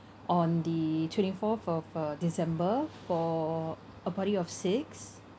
on the twenty fourth of uh december for a party of six